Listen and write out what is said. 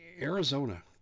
arizona